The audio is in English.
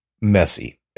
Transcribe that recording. messy